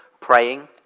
praying